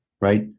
right